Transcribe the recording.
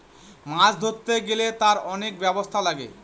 মাছ ধরতে গেলে তার অনেক ব্যবস্থা লাগে